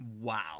Wow